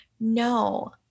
No